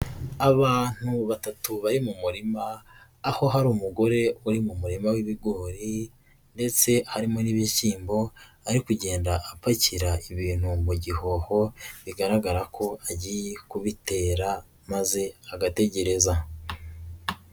Abantu batatu bari mu murima, aho hari umugore uri mu murima w'ibigori ndetse harimo n'ibishyimbo, ari kugenda apakira ibintu mu gihoho, bigaragara ko agiye kubitera maze agategereza.